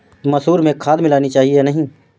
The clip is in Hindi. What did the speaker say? मसूर में खाद मिलनी चाहिए या नहीं?